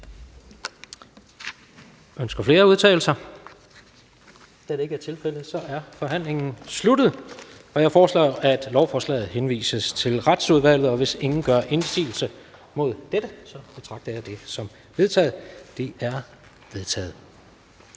Ønsker flere at udtale sig? Da det ikke er tilfældet, er forhandlingen sluttet. Jeg foreslår, at lovforslaget henvises til Retsudvalget. Og hvis ingen gør indsigelse mod dette, betragter jeg det som vedtaget. Det er vedtaget.